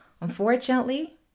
Unfortunately